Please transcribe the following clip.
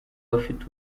bafite